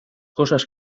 cosas